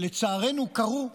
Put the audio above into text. שלצערנו קרו לנו,